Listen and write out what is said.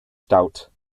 stout